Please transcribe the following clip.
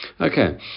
Okay